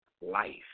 life